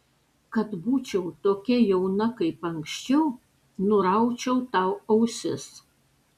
kad būčiau tokia jauna kaip anksčiau nuraučiau tau ausis